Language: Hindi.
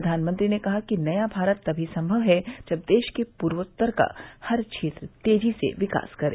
प्रधानमंत्री ने कहा कि नया भारत तभी संभव है जब देश के पूर्वोत्तर का हर क्षेत्र तेजी से विकास करे